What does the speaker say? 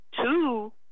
two